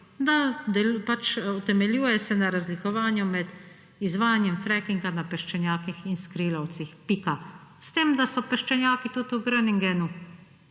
da pač utemeljuje vse na razlikovanju med izvajanjem frackinga na peščenjakih in skrilavcih. Pika. S tem, da so peščenjaki tudi v Groningenu,